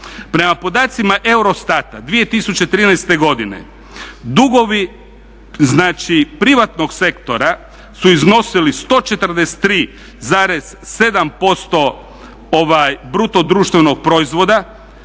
Prema podacima EUROSTAT-a 2013. godine dugovi, znači privatnog sektora su iznosili 143,7% bruto društvenog proizvoda,